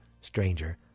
stranger